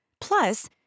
Plus